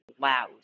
loud